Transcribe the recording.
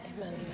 Amen